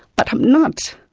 but i'm not.